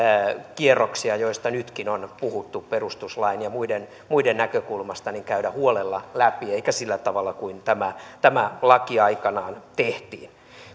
kierroksia joista nytkin on puhuttu perustuslain ja muiden muiden näkökulmasta käydä huolella läpi eikä sillä tavalla kuin tämä tämä laki aikanaan tehtiin